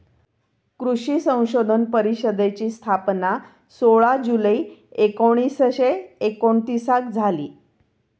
कृषी संशोधन परिषदेची स्थापना सोळा जुलै एकोणीसशे एकोणतीसाक झाली